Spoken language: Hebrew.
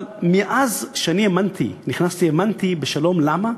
אבל מאז נכנסתי האמנתי בשלום, למה?